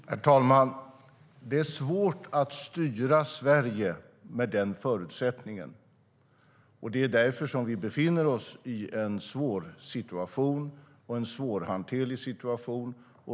Herr talman! Det är svårt att styra Sverige med den förutsättningen. Det är därför som vi befinner oss i en svår och svårhanterlig situation.